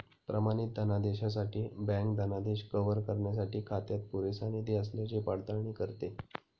प्रमाणित धनादेशासाठी बँक धनादेश कव्हर करण्यासाठी खात्यात पुरेसा निधी असल्याची पडताळणी करते